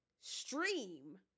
stream